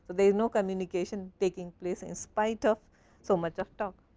there is no communication taking place in spite of so much of time.